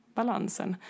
Balansen